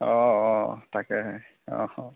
অঁ অঁ তাকেই অঁ অঁ